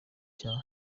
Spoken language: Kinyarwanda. cya